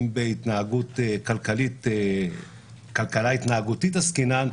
אם בכלכלה התנהגותית עסקינן,